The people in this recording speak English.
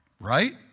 Right